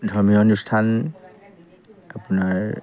ধৰ্মীয় অনুষ্ঠান আপোনাৰ